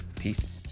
Peace